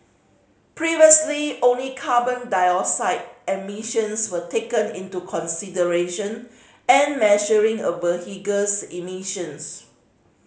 previously only carbon dioxide emissions were taken into consideration and measuring a vehicle's emissions